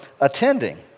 attending